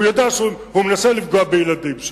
הוא יודע, הוא מנסה לפגוע בילדים שם.